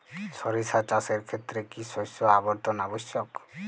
সরিষা চাষের ক্ষেত্রে কি শস্য আবর্তন আবশ্যক?